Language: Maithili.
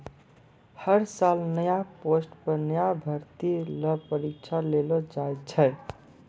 हर साल नया पोस्ट पर नया भर्ती ल परीक्षा लेलो जाय छै